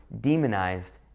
demonized